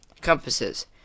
Compasses